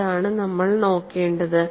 അതാണ് നമ്മൾ നോക്കേണ്ടത്